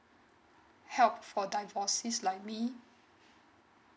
help for divorcees like me